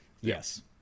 Yes